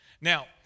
Now